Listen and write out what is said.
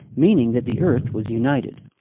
meaning that the earth was united.